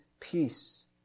peace